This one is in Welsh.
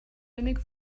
unig